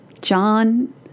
John